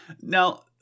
Now